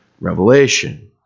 Revelation